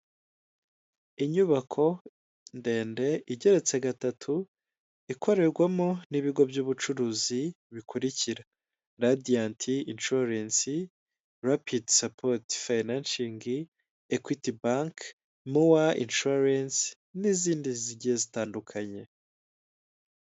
Inyubako ndende igeretse gatatu, ikorerwamo n'ibigo by'ubucuruzi bikurikira, Radiyanti inshuwarensi, Rapiti sapoti fayinanshingi, Ekwiti Banki, Mowa inshuwarensi n'izindi zigiye zitandukanye.